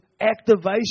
activation